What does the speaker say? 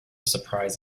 surprise